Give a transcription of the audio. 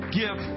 give